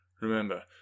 Remember